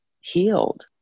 healed